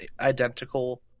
identical